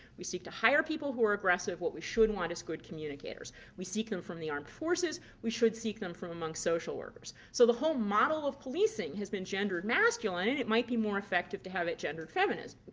we seek to hire people who are aggressive. what we should want is good communicators. we seek them from the armed forces. we should seek them from among social workers. so the whole model of policing has been gendered masculine and it might be more effective to have it gendered feminine.